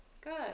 Good